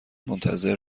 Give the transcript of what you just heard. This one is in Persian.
منتظر